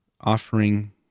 offering